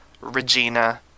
Regina